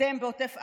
אתם בעוטף עזה,